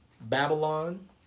Babylon